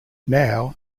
now